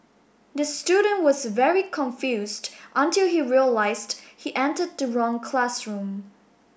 the student was very confused until he realised he entered the wrong classroom